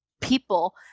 people